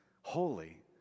Holy